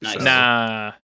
Nah